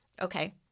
okay